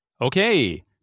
Okay